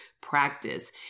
practice